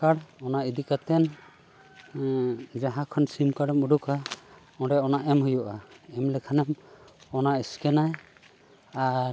card ᱚᱱᱟ ᱤᱫᱤ ᱠᱟᱛᱮᱫ ᱡᱟᱦᱟᱸ ᱠᱷᱚᱱ ᱥᱤᱢ ᱠᱟᱨᱰ ᱮᱢ ᱚᱰᱳᱠᱟ ᱚᱸᱰᱮ ᱚᱱᱟ ᱮᱢ ᱦᱩᱭᱩᱜᱼᱟ ᱮᱢ ᱞᱮᱠᱷᱟᱱᱮᱢ ᱚᱱᱟ ᱮᱥᱠᱮᱱᱟᱭ ᱟᱨ